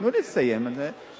תנו לי לסיים את זה.